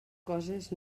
coses